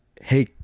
hey